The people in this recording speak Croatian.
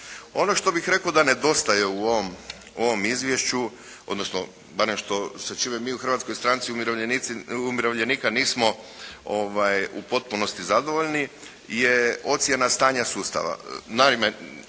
Ono što bih rekao da nedostaje u ovom izvješću, odnosno barem što se tiče, mi u Hrvatskoj stranci umirovljenika nismo u potpunosti zadovoljni je ocjena stanja sustava.